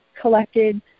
collected